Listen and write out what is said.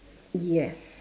yes